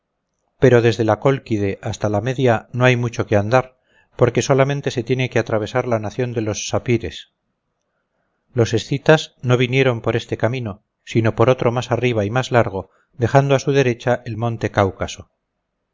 pero desde la cólquide hasta la media no hay mucho que andar porque solamente se tiene que atravesar la nación de los sapires los escitas no vinieron por este camino sino por otro más arriba y más largo dejando a su derecha el monte cáucaso